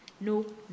No